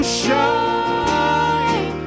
shine